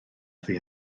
thi